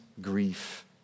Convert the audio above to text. grief